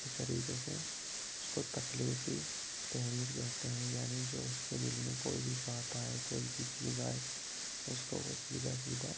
اچھے طریقے سے اس کو تخلیقی تحریر کہتے ہیں یعنی جو اس کے دل میں کوئی بھی بات آئے کوئی بھی چیز آئے اس کو وہ سیدھا سیدھا